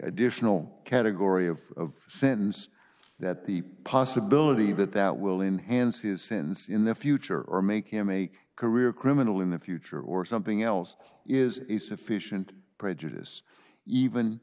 additional category of sentence that the possibility that that will enhance his sentence in the future or make him a career criminal in the future or something else is a sufficient prejudice even